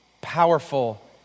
powerful